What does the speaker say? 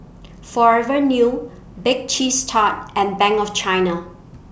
Forever New Bake Cheese Tart and Bank of China